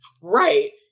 Right